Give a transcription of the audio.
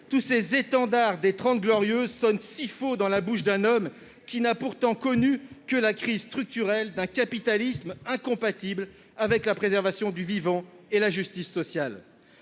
tous ces étendards des Trente Glorieuses sonnent si faux dans la bouche d'un homme qui n'a connu que la crise structurelle d'un capitalisme incompatible avec la préservation du vivant et la justice sociale.